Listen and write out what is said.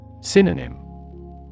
Synonym